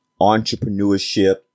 entrepreneurship